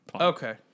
Okay